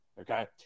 Okay